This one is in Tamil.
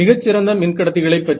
மிகச்சிறந்த மின்கடத்திகளைப் பற்றி